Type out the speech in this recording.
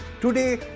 Today